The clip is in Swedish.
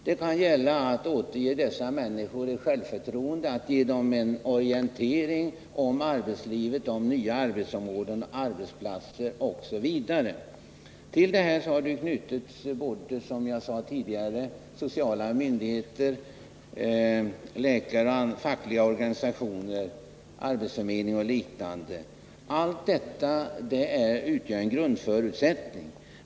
Det kan gälla att återge dem självförtroende, att ge dem en orientering om arbetslivet och nya arbetsområden, arbetsplatser osv. Till detta arbete har knutits, som jag sade tidigare, sociala myndigheter, läkare, fackliga organisationer, arbetsförmedling och liknande. Allt detta utgör en grundförutsättning.